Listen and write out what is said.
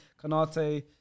Canate